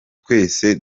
twese